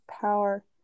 power